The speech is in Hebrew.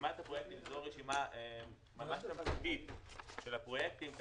זאת רשימה תמציתית של הפרויקטים.